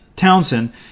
Townsend